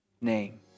name